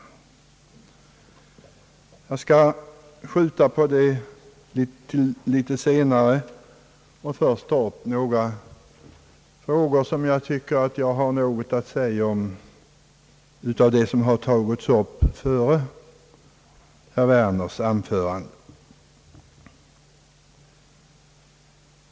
Jag skall skjuta på denna fråga till något senare och först ta upp några frågor, där jag tycker att jag har en del att säga om det som tagits upp före herr Werners anförande.